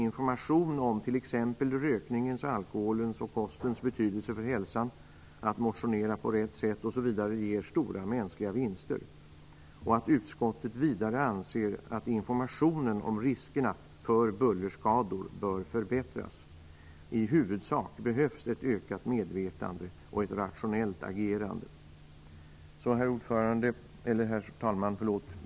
Information om t.ex. rökningens, alkoholens och kostens betydelse för hälsan, vikten av att motionera på rätt sätt osv. ger stora mänskliga vinster. Utskottet anser vidare att informationen om riskerna för bullerskador bör förbättras. I huvudsak behövs ett ökat medvetande och ett rationellt agerande. Herr talman!